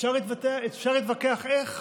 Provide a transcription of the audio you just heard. אפשר להתווכח איך,